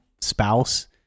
spouse